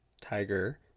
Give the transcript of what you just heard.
Tiger